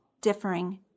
differing